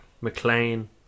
McLean